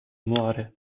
muore